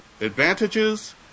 advantages